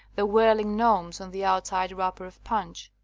the whirling gnomes on the outside wrapper of punch.